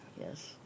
yes